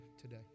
today